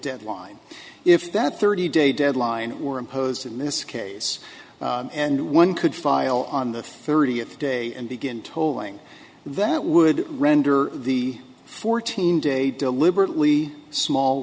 deadline if that thirty day deadline or impose in this case and one could file on the thirtieth day and begin tolling that would render the fourteen day deliberately small